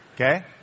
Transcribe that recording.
Okay